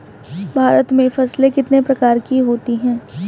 भारत में फसलें कितने प्रकार की होती हैं?